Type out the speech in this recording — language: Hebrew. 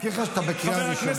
להזכיר לך שאתה בקריאה ראשונה.